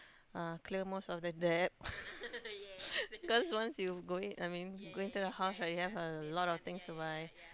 uh clear most of the debt cause once you go in I mean go inside the house right you have a lot of things to buy